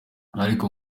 ariko